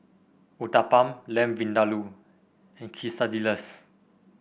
Uthapam Lamb Vindaloo and Quesadillas